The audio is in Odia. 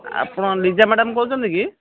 ଆପଣ ଲିଜା ମ୍ୟାଡ଼ାମ୍ କହୁଛନ୍ତି କି